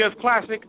Classic